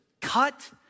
cut